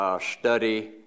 study